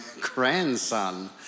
grandson